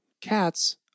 Cats